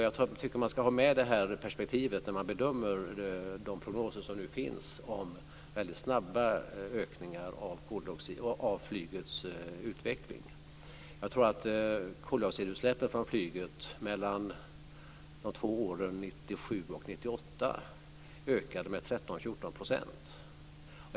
Jag tycker att man ska ha med detta perspektiv när man bedömer de prognoser som nu finns om en väldigt snabb utveckling av flyget. Jag tror att koldioxidutsläppen från flyget mellan de två åren 1997 och 1998 ökade med 13-14 %.